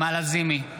נעמה לזימי,